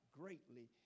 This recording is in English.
greatly